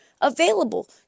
available